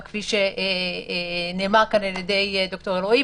כפי שנאמר פה על ידי ד"ר אלרעי.